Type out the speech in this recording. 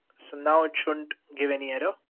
so now it shouldn't give any error.